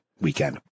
weekend